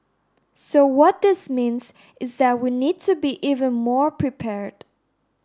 so what this means is that we need to be even more prepared